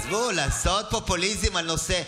אז בואו, לעשות פופוליזם על נושא.